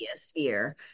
sphere